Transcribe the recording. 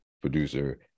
producer